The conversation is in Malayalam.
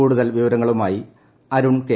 കൂടുതൽ വിവരങ്ങളുമായി അരുൺ കെ